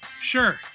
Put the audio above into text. Sure